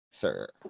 sir